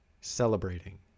celebrating